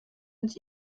mit